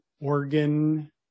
organ